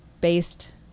based